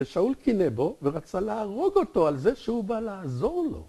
ושאול קינא בו ורצה להרוג אותו על זה שהוא בא לעזור לו